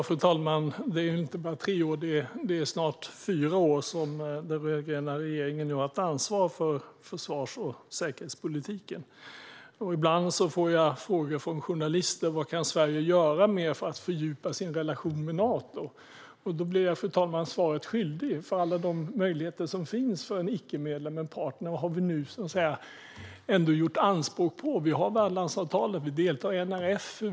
Fru talman! Det är inte bara tre år. Det är snart fyra år som den rödgröna regeringen har haft ansvar för försvars och säkerhetspolitiken. Ibland får jag frågor från journalister om vad Sverige kan göra mer för att fördjupa sin relation med Nato. Då blir jag svaret skyldig, fru talman. Alla de möjligheter som finns för en icke-medlem, en partner, har vi nu gjort anspråk på. Vi har värdlandsavtalet. Vi deltar i NRF.